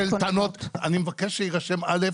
אגב, יש כאן צבר של טענות, אני מבקש שיירשם, א',